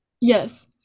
Yes